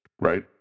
right